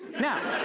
now,